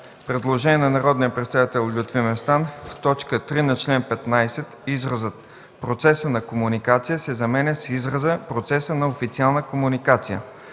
Предложение от народния представител Лютви Местан за чл. 15: В т. 3 на чл. 15 изразът „процеса на комуникация” се заменя с израза „процеса на официална комуникация”.